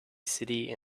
city